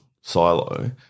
silo